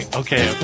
okay